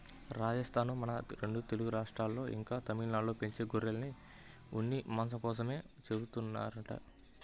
రాజస్థానూ, మన రెండు తెలుగు రాష్ట్రాల్లో, ఇంకా తమిళనాడులో పెంచే గొర్రెలను ఉన్ని, మాంసం కోసమే పెంచుతారంట